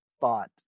thought